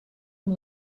amb